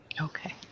okay